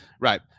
Right